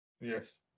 yes